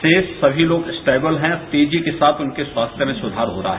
रोष सभी तोग स्टेबल हैं तेजी के साथ उनके स्वास्थ्य में सुधार हो रहा है